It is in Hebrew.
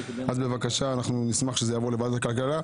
אז בבקשה אנחנו נשמח שזה יעבור לוועדת הכלכלה,